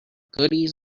goodies